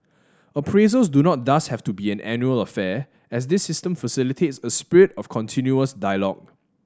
appraisals do not thus have to be an annual affair as this system facilitates a spirit of continuous dialogue